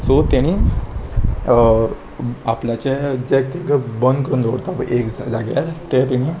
so तेणी आपल्याचें जे तांकां बंद करून दवरता पळय एक जाग्यार ते तेणी